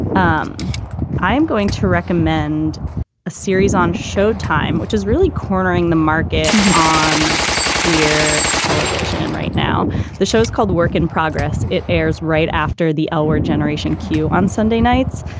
um i'm going to recommend a series on showtime, which is really cornering the market on queer television right now the show's called work in progress. it airs right after the hour generation q on sunday nights.